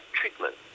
treatment